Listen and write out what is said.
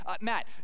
Matt